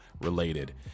related